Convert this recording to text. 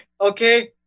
okay